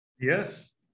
Yes